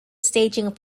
staging